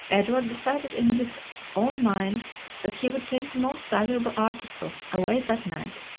edward decided in his own mind that he would take the most valuable articles away that night,